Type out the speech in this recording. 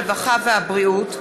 הרווחה והבריאות: